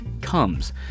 comes